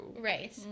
Right